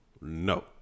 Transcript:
no